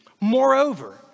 Moreover